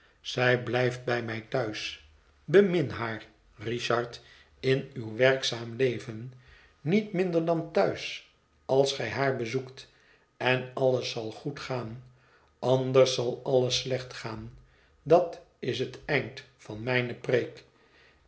zij blijft bij mij thuis bemin haar richard in uw werkzaam leven niet minder dan thuis als gij haar bezoekt en alles zal goed gaan anders zal alles slecht gaan dat is het eind van mijne